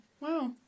Wow